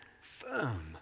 firm